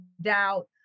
doubt